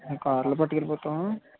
car లో పట్టుకెళ్ళిపోతాము